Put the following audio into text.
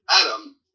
Adam